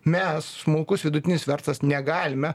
mes smulkus vidutinis verslas negalime